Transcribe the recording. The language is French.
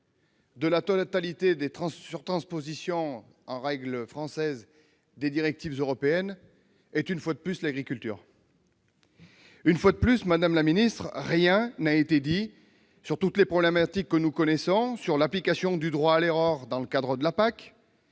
de la totalité des surtranspositions en droit français des directives européennes est, une fois de plus, l'agriculture. Oui, une fois de plus, madame la secrétaire d'État, rien n'a été dit sur toutes les problématiques que nous connaissons. Rien sur l'application du droit à l'erreur dans le cadre de la PAC.